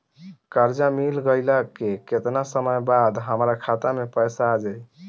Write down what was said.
कर्जा मिल गईला के केतना समय बाद हमरा खाता मे पैसा आ जायी?